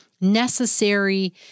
necessary